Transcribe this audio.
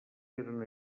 eren